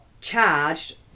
charged